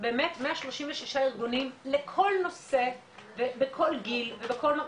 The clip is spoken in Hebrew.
באמת 136 ארגונים לכל נושא וכל גיל ובכל,